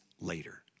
later